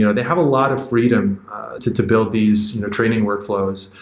you know they have a lot of freedom to to build these training workflows.